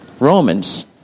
Romans